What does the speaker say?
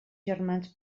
germans